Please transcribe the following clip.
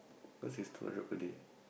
because is two hundred per day